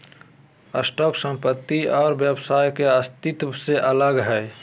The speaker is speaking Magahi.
स्टॉक संपत्ति और व्यवसाय के अस्तित्व से अलग हइ